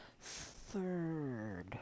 third